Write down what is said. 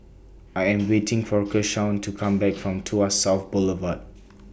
I Am waiting For Keshaun to Come Back from Tuas South Boulevard